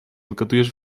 odgadujesz